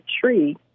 tree